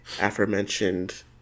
aforementioned